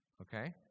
Okay